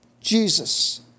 Jesus